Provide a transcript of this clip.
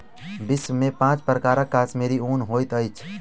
विश्व में पांच प्रकारक कश्मीरी ऊन होइत अछि